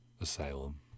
asylum